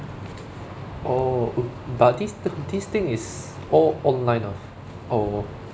oh but this t~ this thing is all online ah or